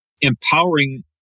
empowering